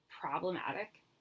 problematic